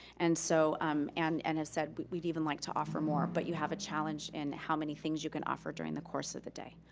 and so um and and has said we'd even like to offer more, but you have a challenge in how many things you can offer during the course of the day.